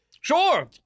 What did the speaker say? Sure